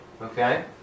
Okay